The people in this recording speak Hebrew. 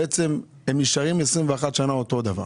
בעצם הם נשארים כבר 21 שנים אותו דבר.